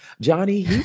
Johnny